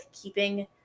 keeping